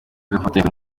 yafotowe